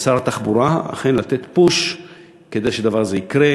לשר התחבורה אכן לתת פוש כדי שהדבר הזה יקרה.